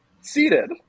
seated